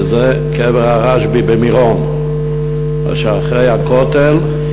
וזה קבר הרשב"י במירון, שאחרי הכותל,